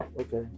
Okay